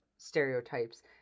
stereotypes